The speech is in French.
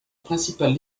principale